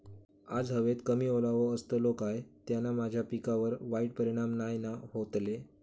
आज हवेत कमी ओलावो असतलो काय त्याना माझ्या पिकावर वाईट परिणाम नाय ना व्हतलो?